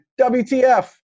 WTF